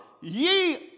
ye